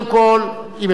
אם אפשר לא לפנות,